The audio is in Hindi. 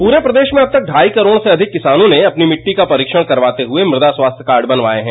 पूरे प्रदेश में अब तक ढ़ाई करोड़ से अधिक किसानों ने अपनी मिट्टी का परीक्षण करवाते हुए मृदा स्वास्थ्य कार्ड बनवाये हैं